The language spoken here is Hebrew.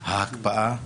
ההקפאה.